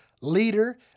leader